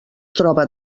troba